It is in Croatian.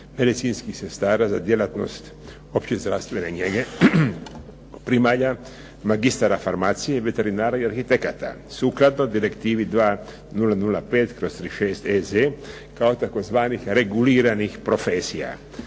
medicinskih sestara za djelatnost opće zdravstvene njege, primalja, magistara farmacije, veterinara i arhitekata, sukladno direktivi 2005/36 EZ kao tzv. reguliranih profesija